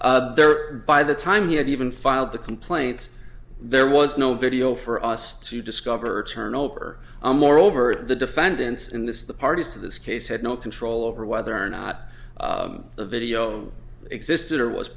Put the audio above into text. there by the time he had even filed the complaint there was no video for us to discover turnover and moreover the defendants in this the parties to this case had no control over whether or not the video existed or was